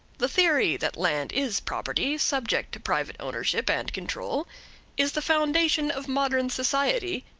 the theory that land is property subject to private ownership and control is the foundation of modern society,